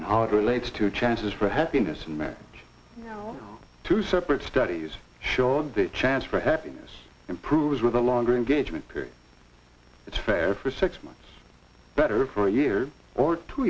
and how it relates to chances for happiness and met two separate studies showed that chance for happiness improves with a longer engagement period it's fair for six months better for a year or two